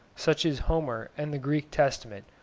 such as homer and the greek testament,